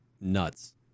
nuts